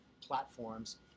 platforms